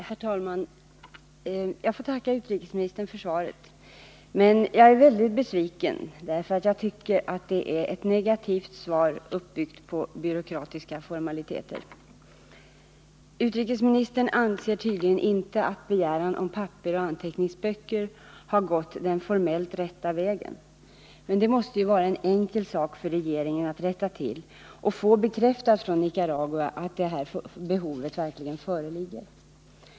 Herr talman! Jag får tacka utrikesministern för svaret. Men jag är väldigt besviken, för jag tycker att det är ett negativt svar, uppbyggt på byråkratiska formaliteter. Utrikesministern anser tydligen att begäran om papper och anteckningsböcker inte har gått den formellt rätta vägen. Men det måste ju vara en enkel sak för regeringen att rätta till det och få bekräftat från Nicaragua att det här behovet föreligger.